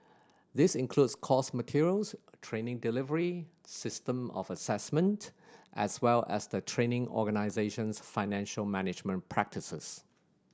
this includes course materials training delivery system of assessment as well as the training organisation's financial management practices